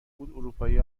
بود، اروپایی